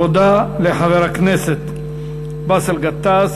תודה לחבר הכנסת באסל גטאס.